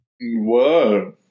Whoa